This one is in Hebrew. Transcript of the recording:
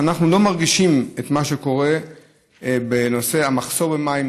שאנחנו לא מרגישים את מה שקורה בנושא המחסור במים,